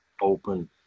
open